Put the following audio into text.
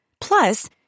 Plus